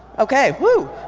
okay, whoo!